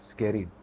Scary